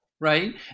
right